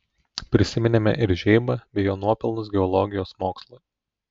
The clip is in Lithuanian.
prisiminėme ir žeibą bei jo nuopelnus geologijos mokslui